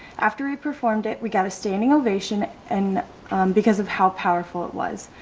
after i performed it, we got a standing ovation and because of how powerful it was,